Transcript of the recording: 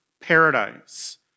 paradise